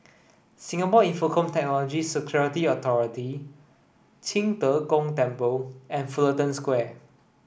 Singapore Infocomm Technology Security Authority Qing De Gong Temple and Fullerton Square